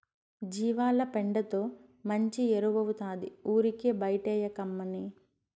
జీవాల పెండతో మంచి ఎరువౌతాది ఊరికే బైటేయకమ్మన్నీ